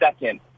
second